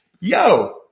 yo